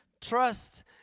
Trust